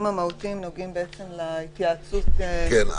המהותיים נוגעים בעצם להתייעצות --- כן,